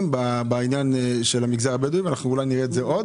בעניין המגזר הבדואי ואולי נראה עוד